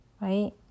right